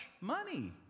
money